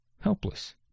helpless